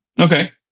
Okay